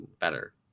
better